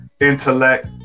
intellect